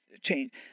change